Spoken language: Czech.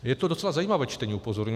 Je to docela zajímavé čtení, upozorňuji.